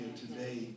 today